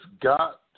got